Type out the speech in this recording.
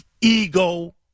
ego